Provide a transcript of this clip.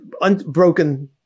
Unbroken